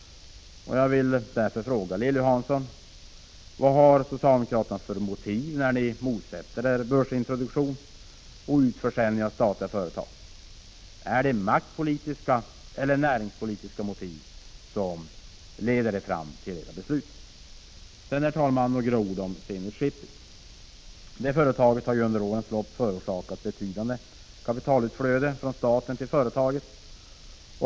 Jag vill därför fråga Lilly Hansson: Vilka motiv har ni socialdemokrater när ni motsätter er en börsintroduktion och utförsäljning av statliga företag? Är det maktpolitiska eller näringspolitiska motiv som leder er fram till era beslut? Sedan, herr talman, några ord om Zenit Shipping: Zenit Shipping har under årens lopp förorsakat ett betydande kapitalflöde från staten till företaget.